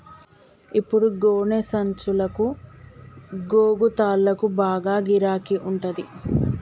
ఇప్పుడు గోనె సంచులకు, గోగు తాళ్లకు బాగా గిరాకి ఉంటంది